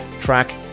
track